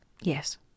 Yes